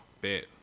bet